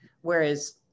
Whereas